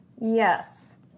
Yes